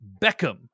Beckham